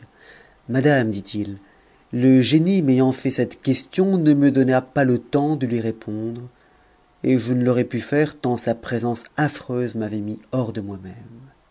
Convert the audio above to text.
madame dit-il le génie m'ayant fait cette question ne me donna pas le temps de lui répondre et je ne l'aurais pu faire tant sa présence affreuse m'avait mis hors de moi-même